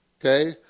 Okay